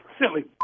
silly